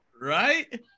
right